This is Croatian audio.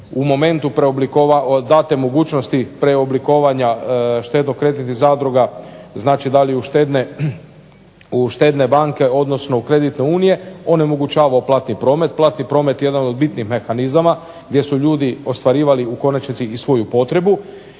u momentu date mogućnosti preoblikovanja štedno-kreditnih zadruga znači da li u štedne banke, odnosno u kreditne unije onemogućavao platni promet. Platni promet je jedan od bitnih mehanizama gdje su ljudi ostvarivali u konačnici svoju potrebu,